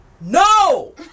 No